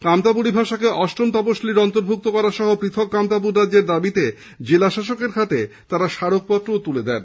কামতাপুরী ভাষাকে অষ্টম তপশীলির অন্তর্ভুক্ত করা সহ পৃথক কামতাপুরী রাজ্যের দাবিতে জেলাশাসকের হাতে তারা স্বারকপত্র তুলে দেন